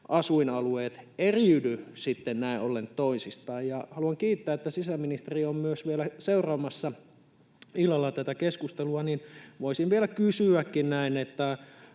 asuinalueet eriydy näin ollen toisistaan. Haluan kiittää, että sisäministeri on myös vielä seuraamassa illalla tätä keskustelua. Voisin vielä kysyäkin näin: